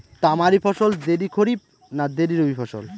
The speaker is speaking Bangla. তামারি ফসল দেরী খরিফ না দেরী রবি ফসল?